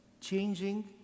changing